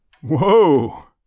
Whoa